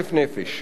ל-1,000 נפש.